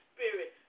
Spirit